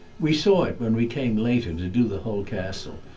we saw it when we came later to do the whole castle,